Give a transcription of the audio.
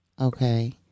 Okay